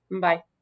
Bye